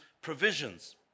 provisions